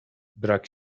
brak